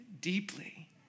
deeply